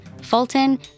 Fulton